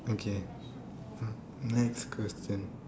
okay next question